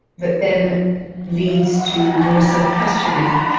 that then leads to more self questioning.